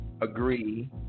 agree